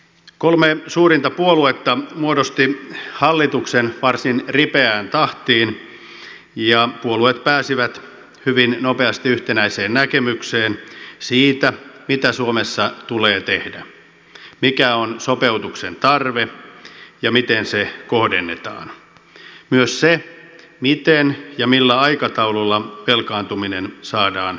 kolme suurinta puoluetta muodostivat hallituksen varsin ripeään tahtiin ja puolueet pääsivät hyvin nopeasti yhtenäiseen näkemykseen siitä mitä suomessa tulee tehdä mikä on sopeutuksen tarve ja miten se kohdennetaan myös siitä miten ja millä aikataululla velkaantuminen saadaan hallintaan